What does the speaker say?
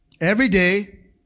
Everyday